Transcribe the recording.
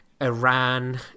iran